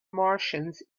martians